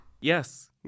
Yes